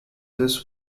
this